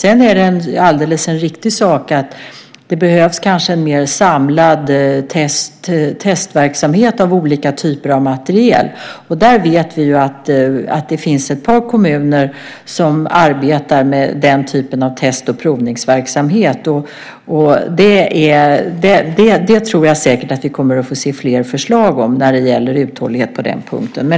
Sedan är det alldeles riktigt att det kanske behövs en mer samlad testverksamhet av olika typer av materiel. Där vet vi att det finns ett par kommuner som arbetar med den typen av test och provningsverksamhet. Där tror jag säkert att vi kommer att få se fler förslag när det gäller uthållighet.